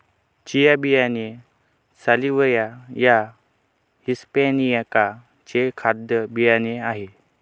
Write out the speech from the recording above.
chia बियाणे salvia या hispanica चे खाद्य बियाणे आहे